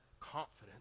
confidence